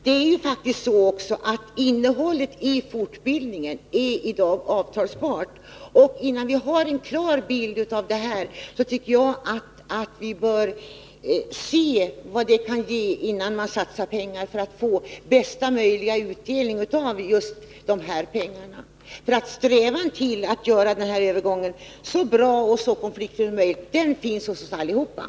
Det är faktiskt också så att innehållet i fortbildningen i dag är avtalbart. Innan vi har en klar bild av detta tycker jag inte att vi skall satsa pengar. Vi bör först se var pengarna kan ge bästa möjliga resultat. Strävan att göra denna övergång så bra och så konfliktfri som möjligt finns hos oss allesammans.